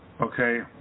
Okay